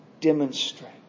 demonstrate